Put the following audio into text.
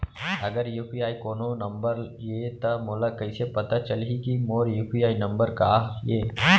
अगर यू.पी.आई कोनो नंबर ये त मोला कइसे पता चलही कि मोर यू.पी.आई नंबर का ये?